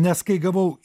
nes kai gavau